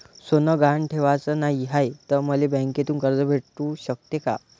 सोनं गहान ठेवाच नाही हाय, त मले बँकेतून कर्ज भेटू शकते का?